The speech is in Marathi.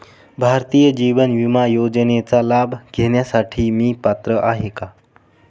भारतीय जीवन विमा योजनेचा लाभ घेण्यासाठी मी पात्र आहे का?